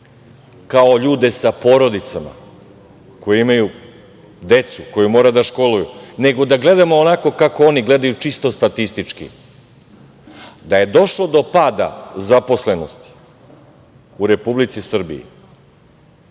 kao ljude sa porodicama koji imaju decu koju mora da školuju, nego da gledamo onako kako oni gledaju, čisto statistički. Da je došlo do pada zaposlenosti u Republici Srbiji,